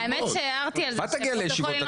מה תגיע לישיבות?